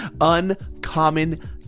Uncommon